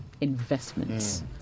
investments